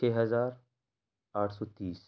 چھ ہزار آٹھ سو تیس